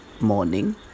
morning